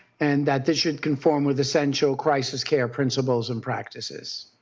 and that this should conform with essential crisis care principles and practices.